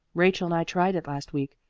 rachel and i tried it last week,